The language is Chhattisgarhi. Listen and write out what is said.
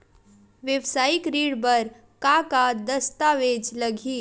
वेवसायिक ऋण बर का का दस्तावेज लगही?